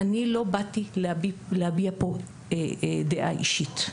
אני לא באתי להביע פה דעה אישית,